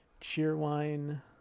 Cheerwine